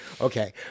Okay